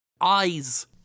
eyes